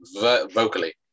vocally